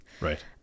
Right